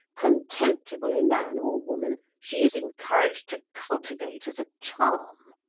contemptible in man or woman, she is encouraged to cultivate as a charm.